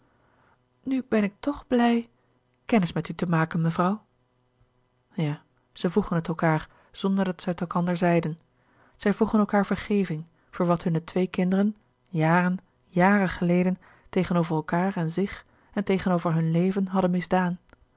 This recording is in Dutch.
nu ben ik toch blij kennis met u te maken mevrouw ja zij vroegen het elkaâr zonderdat zij het elkander zeiden zij vroegen elkaâr vergeving voor wat hunne twee kinderen jaren jaren geleden tegenover elkaâr en zich en tegenover hun leven hadden misdaan